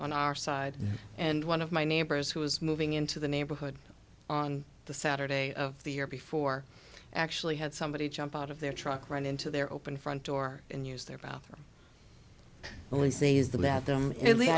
on our side and one of my neighbors who was moving into the neighborhood on the saturday of the year before actually had somebody jump out of their truck right into their open front door and use their bathroom only sees the bathroom